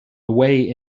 away